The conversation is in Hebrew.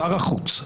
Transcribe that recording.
שר החוץ,